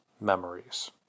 memories